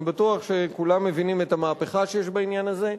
אני בטוח שכולם מבינים את המהפכה שיש בעניין הזה.